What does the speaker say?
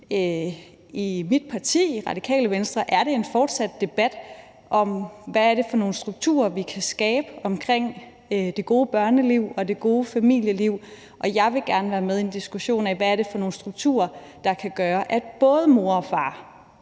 i mit parti, Radikale Venstre, har vi en fortsat debat om, hvad for nogle strukturer vi kan skabe omkring det gode børneliv og det gode familieliv, og jeg vil gerne være med i en diskussion af, hvad det er for nogle strukturer, der kan gøre, at både mor og far